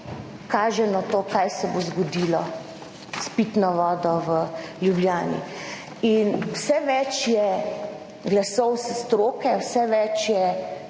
kaže na to, kaj se bo zgodilo s pitno vodo v Ljubljani in vse več je glasov stroke, vse več